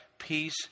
peace